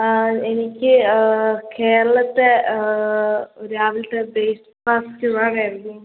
എനിക്ക് കേരളത്തെ രാവിൽത്തെ ബ്രേക്ക് ഫാസ്റ്റ് വാങ്ങാനായിരുന്നു